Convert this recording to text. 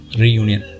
reunion